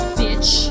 bitch